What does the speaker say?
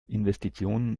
investitionen